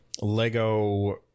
Lego